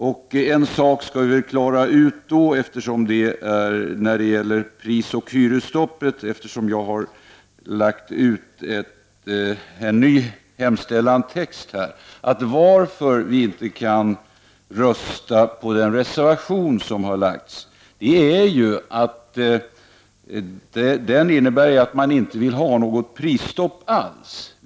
Eftersom jag har lagt ut en ny hemställantext när det gäller prisoch hyresstoppet skall jag börja med att klara ut den. Vi kan nämligen inte rösta på reservationen som har avgivits, eftersom den innebär att man inte vill ha något prisstopp över huvud taget.